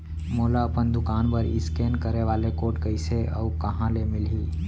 मोला अपन दुकान बर इसकेन करे वाले कोड कइसे अऊ कहाँ ले मिलही?